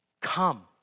Come